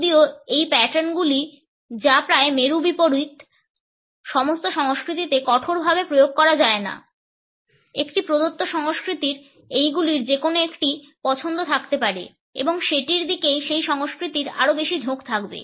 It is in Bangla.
যদিও এই প্যাটার্নগুলি যা প্রায় মেরু বিপরীত সমস্ত সংস্কৃতিতে কঠোরভাবে প্রয়োগ করা যায় না একটি প্রদত্ত সংস্কৃতির এইগুলির যেকোন একটি পছন্দ থাকতে পারে এবং সেটির দিকেই সেই সংস্কৃতির আরও বেশি ঝোঁক থাকবে